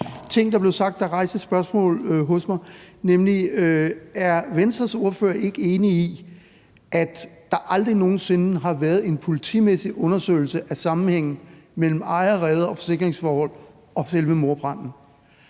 ting, der blev sagt, og som rejste et spørgsmål hos mig, nemlig: Er Venstres ordfører ikke enig i, at der aldrig nogen sinde har været en politimæssig undersøgelse af sammenhængen mellem ejer-, reder- og forsikringsforholdene og selve mordbranden?